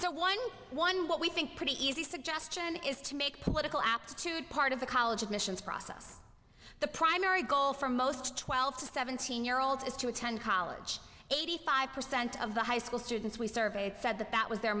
so one one what we think pretty easy suggestion is to make political aptitude part of the college admissions process the primary goal for most twelve to seventeen year olds is to attend college eighty five percent of the high school students we surveyed said that that was their